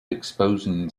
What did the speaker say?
exposing